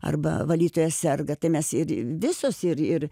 arba valytoja serga tai mes ir visos ir ir